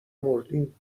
مردیم